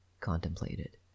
contemplated